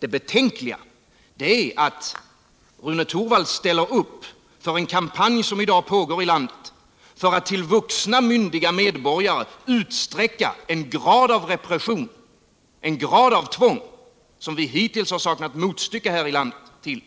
Det betänkliga är att Rune Torwald ställer upp för en kampanj som i dag pågår i landet för att till vuxna myndiga medborgare utsträcka en grad av repression, en grad av tvång, som vi hittills har saknat motstycke till i detta land